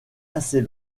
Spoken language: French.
assez